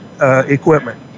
equipment